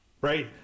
right